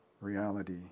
reality